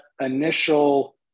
initial